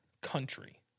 country